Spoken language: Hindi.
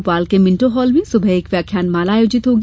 भोपाल के मिन्टो हॉल में सुबह एक व्याख्यानमाला आयोजित होगी